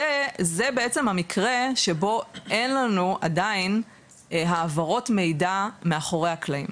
זה בעצם המקרה שבו אין לנו עדיין העברות מידע מאחורי הקלעים.